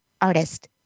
artist